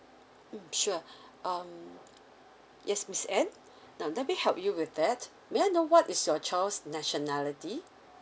mm sure um yes miss anne now let me help you with that may I know what is your child's nationality